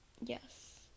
yes